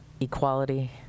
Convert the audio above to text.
equality